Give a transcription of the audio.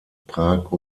prag